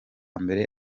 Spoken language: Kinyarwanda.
mbere